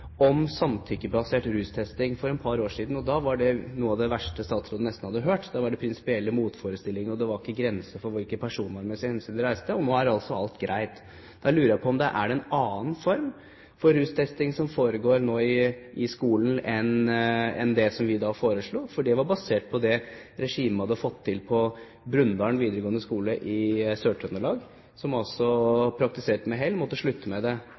om samtykkebasert rustesting, og da var det noe av det verste statsråden nesten hadde hørt. Da var det prinsipielle motforestillinger, og det var ikke grenser for hvilke personvernmessige hensyn det reiste – og nå er altså alt greit! Da lurer jeg på: Er det en annen form for rustesting som foregår i skolen nå enn det som vi foreslo? Det var basert på det regimet man hadde fått til på Brundalen videregående skole i Sør-Trøndelag, som altså praktiserte det med hell, og måtte slutte med det. Da var man totalt motstander av å gi dem mulighetene til å gjøre det.